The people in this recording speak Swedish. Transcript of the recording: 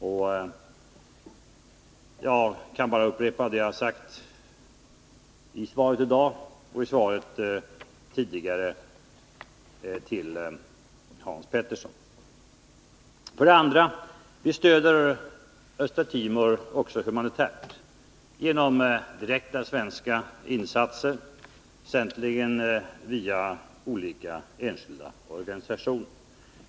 Jag kan bara upprepa vad jag har sagt i svaret i dag och i mitt tidigare svar till Hans Petersson. 2. Vi stöder Östra Timor också humanitärt genom direkta svenska insatser, väsentligen via olika enskilda organisationer.